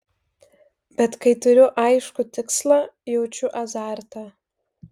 bet kai turiu aiškų tikslą jaučiu azartą